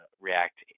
react